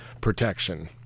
protection